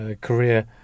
career